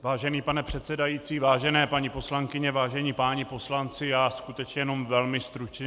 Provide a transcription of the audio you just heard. Vážený pane předsedající, vážené paní poslankyně, vážení páni poslanci, já skutečně jenom velmi stručně.